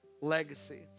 legacy